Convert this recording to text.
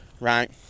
right